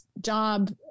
job